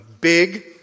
big